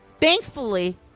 thankfully